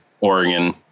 Oregon